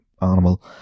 animal